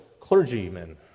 clergymen